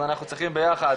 אז אנחנו צריכים ביחד